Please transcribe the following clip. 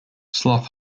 slough